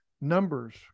numbers